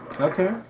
Okay